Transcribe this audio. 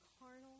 carnal